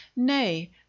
nay